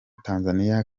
tanzania